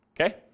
Okay